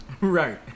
Right